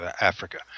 Africa